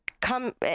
come